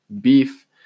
Beef